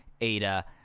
Ada